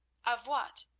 of what,